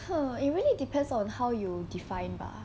!huh! it really depends on how you define lah